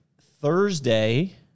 Thursday